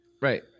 Right